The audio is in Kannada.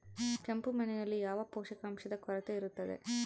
ಕೆಂಪು ಮಣ್ಣಿನಲ್ಲಿ ಯಾವ ಪೋಷಕಾಂಶದ ಕೊರತೆ ಇರುತ್ತದೆ?